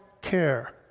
care